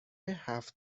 هفت